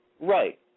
Right